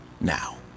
now